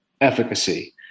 efficacy